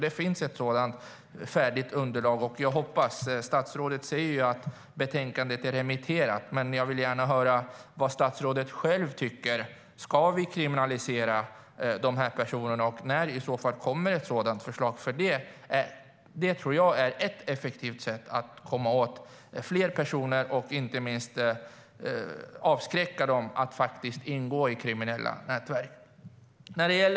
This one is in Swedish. Det finns ett sådant färdigt underlag. Fru talman!